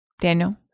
Daniel